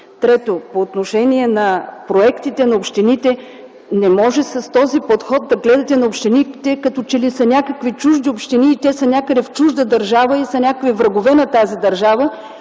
Трето, по отношение проектите на общините, не може с този подход да гледате на общините, като че ли са някакви чужди общини в чужда държава и са врагове на тази държава,